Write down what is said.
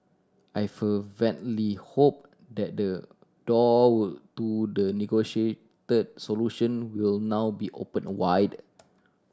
I fervently hope that the door to the negotiate solution will now be opened a wide